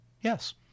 Yes